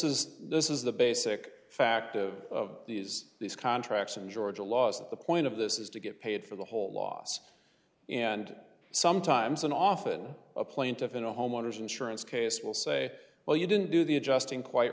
is this is the basic fact of of these these contracts in georgia law is that the point of this is to get paid for the whole loss and sometimes and often a plaintiff in a homeowner's insurance case will say well you didn't do the adjusting quite